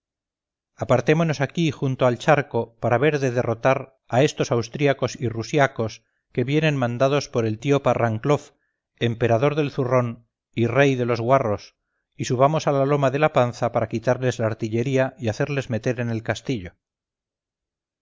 apartémonos aquí junto al charco para ver de derrotar a estos austriacos y rusiacos que vienen mandados por el tío parranclof emperador del zurrón y rey de los guarros y subamos a la loma de la panza para quitarles la artillería y hacerles meter en el castillo